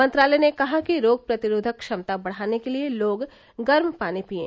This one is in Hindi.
मंत्रालय ने कहा कि रोग प्रतिरोधक क्षमता बढ़ाने के लिए लोग गर्म पानी पिएं